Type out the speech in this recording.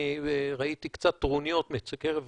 אני ראיתי קצת טרוניות מקרב החברים,